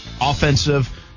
offensive